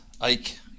Ike